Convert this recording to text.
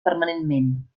permanentment